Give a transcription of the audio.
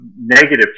negative